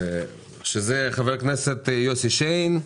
חברי הכנסת יוסי שיין,